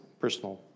personal